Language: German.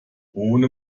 ohne